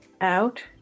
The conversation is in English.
out